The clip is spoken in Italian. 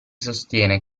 sostiene